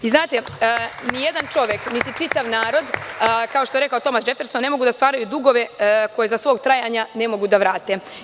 Ni je dan čovek, niti čitav narod, kao što je rekao Tomas Džeferson ne mogu da stvaraju dugove koje za svog trajanja ne mogu da vrate.